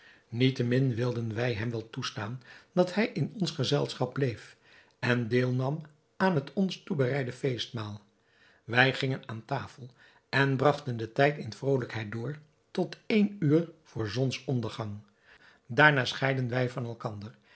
niettemin wilden wij hem wel toestaan dat hij in ons gezelschap bleef en deel nam aan het ons toebereide feestmaal wij gingen aan tafel en bragten den tijd in vrolijkheid door tot één uur vr zonsondergang daarna scheidden wij van elkander